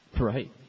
Right